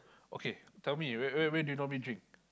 okay tell me where where where do you normally drink